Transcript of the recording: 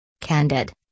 Candid